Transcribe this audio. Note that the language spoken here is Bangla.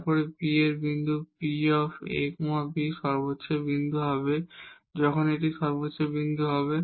তারপর P এই বিন্দু P a b এটি মাক্সিমাম কখন হবে